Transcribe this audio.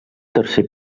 tercer